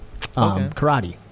karate